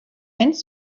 and